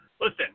Listen